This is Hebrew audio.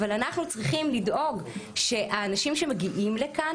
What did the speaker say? אבל אנחנו צריכים לדאוג שהאנשים שמגיעים לכאן,